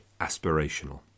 aspirational